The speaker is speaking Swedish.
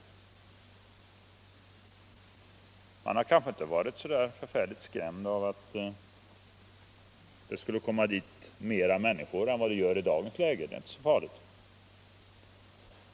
Man har kanske inte varit så oroad av att dit skulle komma fler människor än i dagens läge. Det är inte så farligt.